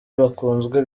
bakunzwe